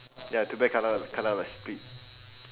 ya too bad cannot cannot like split